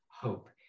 hope